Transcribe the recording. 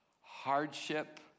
hardship